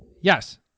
yes